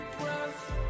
breath